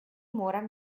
moram